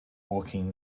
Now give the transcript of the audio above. walking